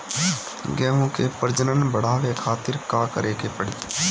गेहूं के प्रजनन बढ़ावे खातिर का करे के पड़ी?